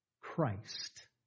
Christ